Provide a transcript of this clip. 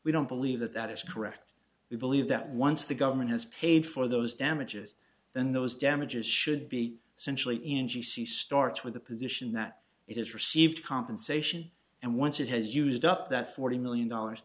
we don't believe that that is correct we believe that once the government has paid for those damages then those damages should be centrally in g c starts with the position that it has received compensation and once it has used up that forty million dollars